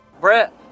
Brett